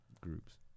groups